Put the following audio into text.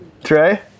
Trey